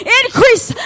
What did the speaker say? increase